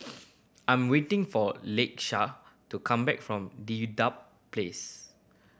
I'm waiting for Lakesha to come back from Dedap Place